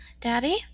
Daddy